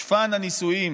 שפן הניסויים